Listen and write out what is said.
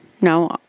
No